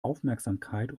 aufmerksamkeit